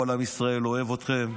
כל עם ישראל אוהב אתכם.